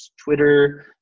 Twitter